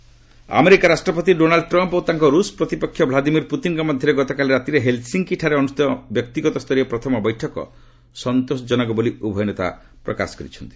Trump Putin America ରାଷ୍ଟ୍ରପତି Donald Trump ଓ ତାଙ୍କର ରୁଷ ପ୍ରତିପକ୍ଷ ଭ୍ଲାଦିମିର୍ ପୁତିନ୍ଙ୍କ ମଧ୍ୟରେ ଗତକାଲି ରାତିରେ ହେଲ୍ସିଙ୍କି ଠାରେ ଅନୁଷ୍ଠିତ ବ୍ୟକ୍ତିଗତ ସ୍ତରୀୟ ପ୍ରଥମ ବୈଠକ ସନ୍ତୋଷ ଜନକ ବୋଲି ଉଭୟ ନେତା ପ୍ରକାଶ କରିଛନ୍ତି